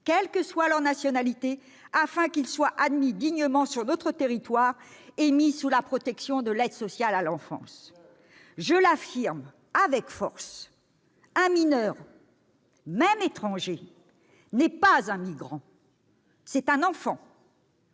quelle que soit leur nationalité, afin qu'ils soient admis dignement sur notre territoire et mis sous la protection de l'aide sociale à l'enfance. Je l'affirme avec force : un mineur, même étranger, n'est pas un migrant. C'est un enfant,